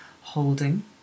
holding